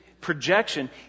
projection